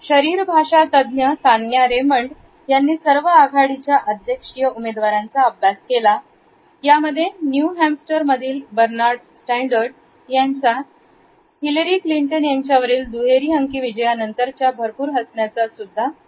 शरीर भाषातज्ञ Tanya Raymond यांनी सर्व आघाडीच्या अध्यक्षीय उमेदवारांचा अभ्यास केला यामध्ये न्यू हॅमस्टर मधील बरणार्ड स्टॅंडर्ड यांच्या हीलरी क्लिंटन यांच्यावरील दुहेरी अंकी विजयानंतर च्या भरपूर हसण्याचा सुद्धा समावेश होता